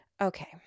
Okay